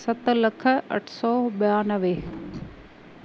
सत लख अठ सौ ॿियानवे